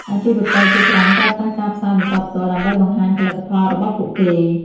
អាជីវករជាច្រើនប្រើប្រាស់ការផ្សាយបន្តផ្ទាល់ ដើម្បីបង្ហាញផលិតផលរបស់ពួកគេ។